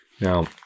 Now